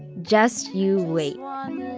just you wait,